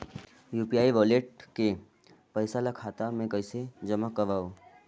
UPI wallet के पईसा ल खाता मे कइसे जमा करव?